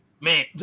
Man